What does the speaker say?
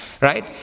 right